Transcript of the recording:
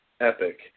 epic